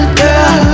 girl